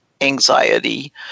anxiety